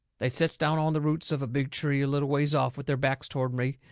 they sets down on the roots of a big tree a little ways off, with their backs toward me,